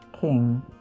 king